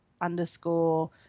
underscore